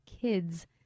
kids